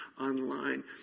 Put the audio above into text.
online